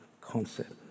concept